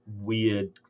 weird